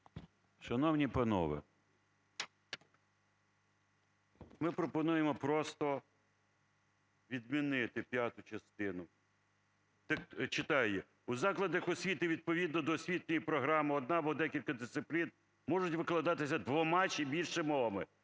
Шановні панове! Ми пропонуємо просто відмінити п'яту частину. Читаю: "У закладах освіти відповідно до освітньої програми одна або декілька дисциплін можуть викладатися двома чи більше мовами